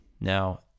Now